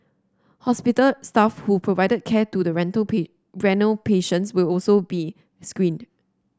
hospital staff who provided care to the renal patients will also be screened